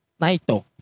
Naito